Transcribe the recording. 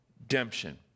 redemption